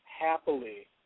happily